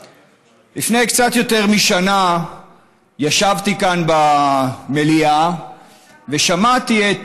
לפני קצת יותר משנה ישבתי כאן במליאה ושמעתי את